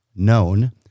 Known